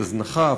הזנחה,